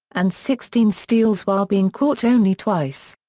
and sixteen steals while being caught only twice.